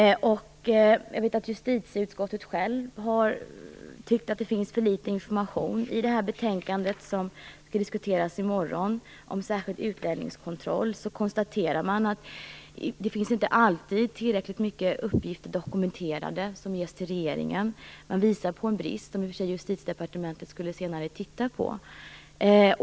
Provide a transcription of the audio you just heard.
Jag vet att även justitieutskottet tyckt att det finns för litet information. I det betänkande som vi skall diskutera i morgon om särskild utlänningskontroll konstaterar man att det inte alltid finns tillräckligt mycket uppgifter dokumenterade som ges till regeringen. Man visar på en brist, som visserligen Justitiedepartementet senare skall titta på.